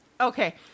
Okay